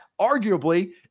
arguably